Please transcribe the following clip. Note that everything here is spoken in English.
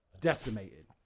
decimated